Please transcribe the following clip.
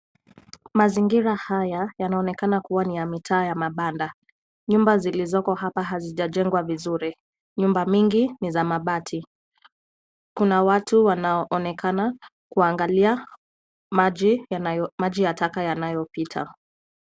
Mazingira haya yanaonekana kuwa ni ya mitaa ya mabanda. Nyumba zilizoko hapa hazijajengwa vizuri. Nyumba nyingi ni za mabati. Kuna watu wanaonekana kuangalia maji ya taka yanayopita.